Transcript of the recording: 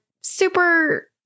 super